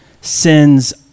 sins